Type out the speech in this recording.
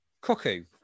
Cuckoo